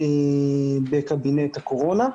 בקבינט הקורונה.